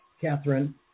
Catherine